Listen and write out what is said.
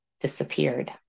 disappeared